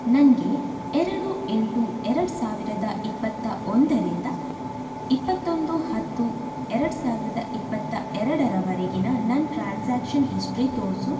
ನನಗೆ ಎರಡು ಎಂಟು ಎರಡು ಸಾವಿರದ ಇಪ್ಪತ್ತ ಒಂದರಿಂದ ಇಪ್ಪತ್ತೊಂದು ಹತ್ತು ಎರಡು ಸಾವಿರದ ಇಪ್ಪತ್ತ ಎರಡರವರೆಗಿನ ನನ್ನ ಟ್ರಾನ್ಸಾಕ್ಷನ್ ಹಿಸ್ಟರಿ ತೋರಿಸು